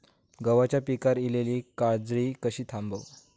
गव्हाच्या पिकार इलीली काजळी कशी थांबव?